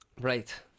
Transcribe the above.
Right